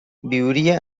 viuria